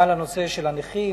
היה על הנושא של הנכים.